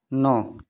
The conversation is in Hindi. नौ